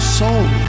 soul